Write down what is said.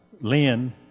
Lynn